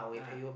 (uh huh)